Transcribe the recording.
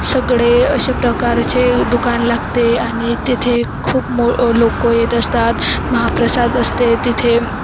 सगळे असे प्रकारचे दुकान लागते आणि तिथे खूप मो लोक येत असतात महाप्रसाद असते तिथे